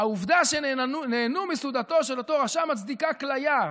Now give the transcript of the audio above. העובדה שהם נהנו מסעודתו של אותו רשע מצדיקה כליה.